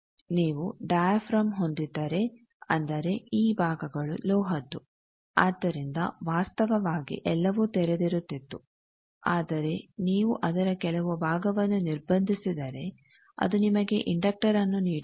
ನೀವು ಡಯಾಫ್ರಾಮ್ ಹೊಂದಿದ್ದರೆ ಅಂದರೆ ಈ ಭಾಗಗಳು ಲೋಹದ್ದು ಆದ್ದರಿಂದ ವಾಸ್ತವವಾಗಿ ಎಲ್ಲವೂ ತೆರೆದಿರುತ್ತಿತ್ತು ಆದರೆ ನೀವು ಅದರ ಕೆಲವು ಭಾಗವನ್ನು ನಿರ್ಭಂದಿಸಿದರೆ ಅದು ನಿಮಗೆ ಇಂಡಕ್ಟರ್ನ್ನು ನೀಡುತ್ತದೆ